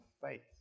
faith